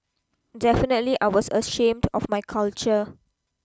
definitely I was ashamed of my culture